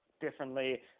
differently